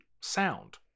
sound